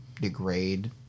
degrade